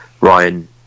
Ryan